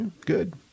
good